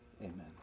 amen